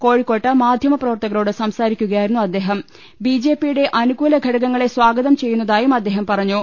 കോഴിക്കോട്ട് മാധ്യമപ്രവർത്തകരോട് സംസാരിക്കുകയായിരുന്നു അദ്ദേഹം ബി ജെ പിയുടെ അനുകൂലഘടകങ്ങളെ സ്വാഗതം ചെയ്യുന്നതായും അദ്ദേഹം പറഞ്ഞു